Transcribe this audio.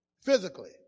physically